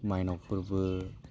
माइनाव फोर्बो